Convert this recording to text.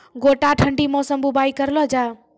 गोटा ठंडी मौसम बुवाई करऽ लो जा?